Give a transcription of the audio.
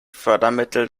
fördermittel